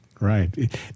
Right